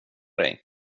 dig